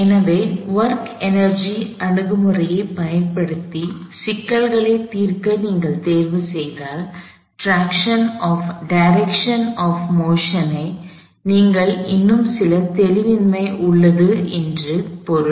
எனவே work energy அணுகுமுறையைப் பயன்படுத்தி சிக்கல்களைத் தீர்க்க நீங்கள் தேர்வுசெய்தால் டிரெக்ஷன் ஆப் மோஷன் ல் உங்களுக்கு இன்னும் சில தெளிவின்மை உள்ளது என்று பொருள்